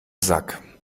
sack